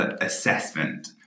assessment